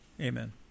Amen